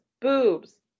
boobs